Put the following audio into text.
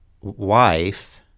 wife